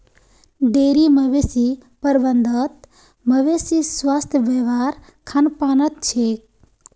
dairy मवेशी प्रबंधत मवेशीर स्वास्थ वहार खान पानत छेक